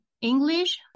English